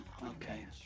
Okay